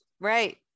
Right